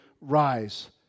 rise